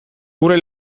gure